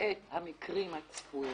את המקרים הצפויים,